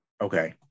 Okay